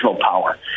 power